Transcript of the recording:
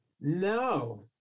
No